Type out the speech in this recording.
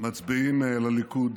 מצביעים לליכוד